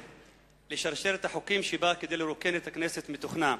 על שרשרת החוקים שבאה כדי לרוקן את הכנסת מתוכנה.